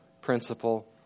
principle